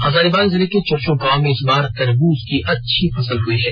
हजारीबाग जिले के चुरचू गांव में इस बार तरबूज की काफी अच्छी फसल हुई है